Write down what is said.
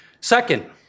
Second